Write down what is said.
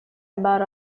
about